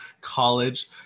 college